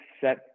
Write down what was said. set